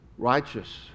Righteous